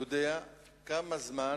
יודע כמה זמן